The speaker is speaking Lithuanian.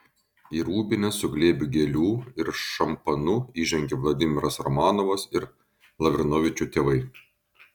į rūbinę su glėbiu gėlių ir šampanu įžengė vladimiras romanovas ir lavrinovičių tėvai